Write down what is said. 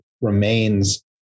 remains